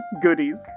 goodies